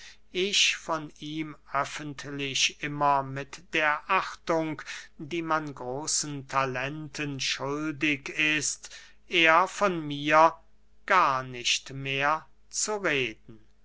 ich von ihm öffentlich immer mit der achtung die man großen talenten schuldig ist er von mir gar nicht mehr zu reden